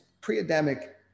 pre-Adamic